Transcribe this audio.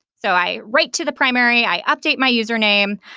so i write to the primary. i update my username,